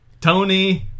Tony